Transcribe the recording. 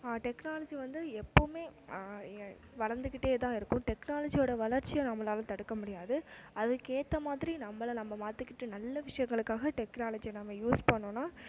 technology வந்து எப்போதுமே வளர்ந்துக்கிட்டே தான் இருக்கும் டெக்னாலஜியோடய வளர்ச்சியை நம்மளாலே தடுக்க முடியாது அதுக்கு ஏற்ற மாதிரி நம்மள நம்ம மாற்றிக்கிட்டு நல்ல விஷயங்களுக்காக டெக்னாலஜியை நம்ம யூஸ் பண்ணோன்னால்